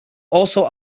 also